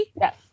yes